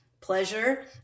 pleasure